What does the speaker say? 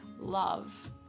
love